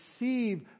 receive